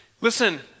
Listen